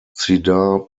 cedar